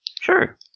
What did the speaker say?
Sure